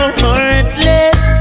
heartless